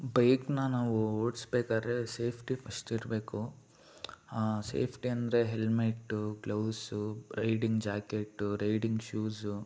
ಬೈಕ್ನ ನಾವು ಓಡಿಸ್ಬೇಕಾರೆ ಸೇಫ್ಟಿ ಫಸ್ಟ್ ಇರಬೇಕು ಸೇಫ್ಟಿ ಅಂದರೆ helmet gloves riding jacket riding shoes